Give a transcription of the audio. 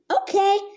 okay